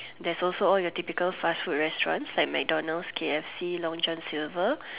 there's also all your typical fast food restaurants like MacDonalds K_F_C long John silver